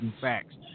Facts